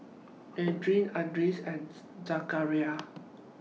Aryan Idris and Zakaria